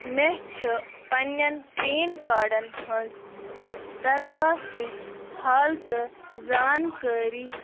مےٚ چھِ پَنٕنٮ۪ن پین کارڈَن ہٕنٛز درخواستٕچ حالتہٕ زانٛکٲری